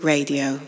Radio